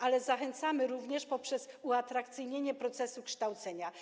Ale zachęcamy również poprzez uatrakcyjnienie procesu kształcenia.